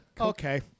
Okay